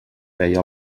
feia